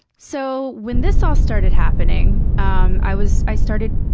so, when this all started happening, um i was i started.